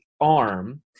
arm